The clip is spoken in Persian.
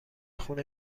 خون